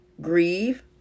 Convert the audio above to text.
grieve